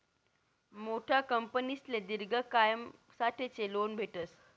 मोठा कंपनीसले दिर्घ कायसाठेच लोन भेटस